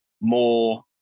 more